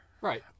Right